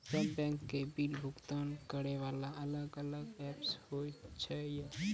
सब बैंक के बिल भुगतान करे वाला अलग अलग ऐप्स होय छै यो?